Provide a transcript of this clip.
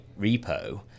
repo